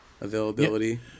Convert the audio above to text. availability